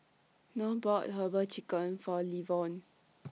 North bought Herbal Chicken Feet For Ivonne